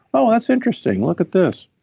oh, that's interesting. look at this.